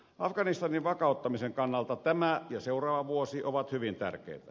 afganistanin vakauttamisen kannalta tämä ja seuraava vuosi ovat hyvin tärkeitä